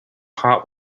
heart